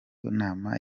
nama